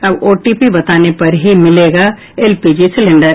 अब ओटीपी बताने पर ही मिलेगा एलपीजी सिलेंडर